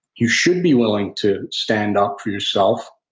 you should be willing to stand up for yourself,